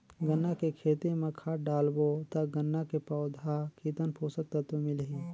गन्ना के खेती मां खाद डालबो ता गन्ना के पौधा कितन पोषक तत्व मिलही?